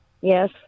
Yes